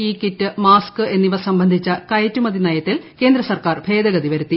E kit mask എന്നിവ സംബന്ധിച്ച കയറ്റുമതി നയത്തിൽ കേന്ദ്രസർക്കാർ ഭേദഗതി വരുത്തി